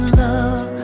love